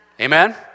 Amen